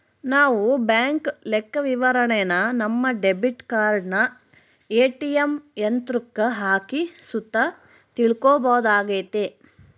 ನಾವು ಬ್ಯಾಂಕ್ ಲೆಕ್ಕವಿವರಣೆನ ನಮ್ಮ ಡೆಬಿಟ್ ಕಾರ್ಡನ ಏ.ಟಿ.ಎಮ್ ಯಂತ್ರುಕ್ಕ ಹಾಕಿ ಸುತ ತಿಳ್ಕಂಬೋದಾಗೆತೆ